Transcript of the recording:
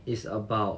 its about